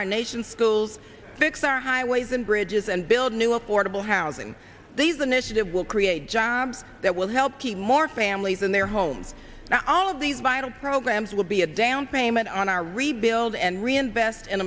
our nation's schools fix our highways and bridges and build new affordable housing these initiatives will create jobs that will help keep more families in their homes all of these vital programs will be a down payment on our rebuild and reinvest in